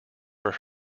for